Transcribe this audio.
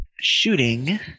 shooting